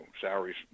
salaries